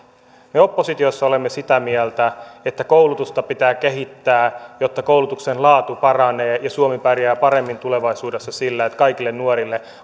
me oppositiossa olemme sitä mieltä että koulutusta pitää kehittää jotta koulutuksen laatu paranee suomi pärjää paremmin tulevaisuudessa sillä että kaikille nuorille on